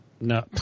No